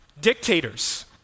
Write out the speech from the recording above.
Dictators